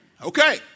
Okay